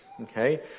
okay